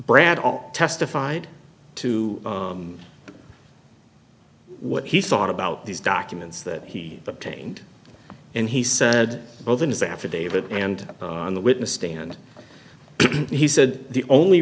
brad testified to what he thought about these documents that he obtained and he said both in his affidavit and on the witness stand he said the only